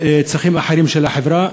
לצרכים אחרים של החברה,